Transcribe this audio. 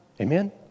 Amen